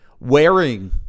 wearing